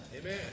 Amen